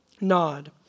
nod